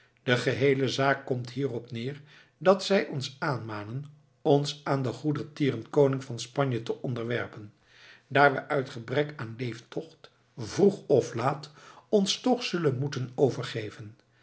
de geheele zaak komt hierop neer dat zij ons aanmanen ons aan den goedertieren koning van spanje te onderwerpen daar we uit gebrek aan leeftocht vroeg of laat ons toch zullen moeten overgeven